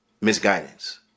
misguidance